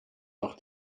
noch